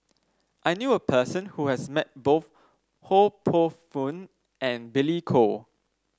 I knew a person who has met both Ho Poh Fun and Billy Koh